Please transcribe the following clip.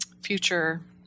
future